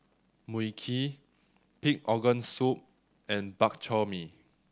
Mui Kee Pig's Organ Soup and Bak Chor Mee